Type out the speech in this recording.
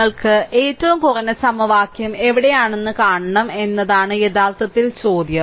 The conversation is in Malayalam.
നിങ്ങൾക്ക് ഏറ്റവും കുറഞ്ഞ സമവാക്യം എവിടെയാണെന്ന് കാണണം എന്നതാണ് യഥാർത്ഥത്തിൽ ചോദ്യം